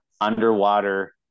underwater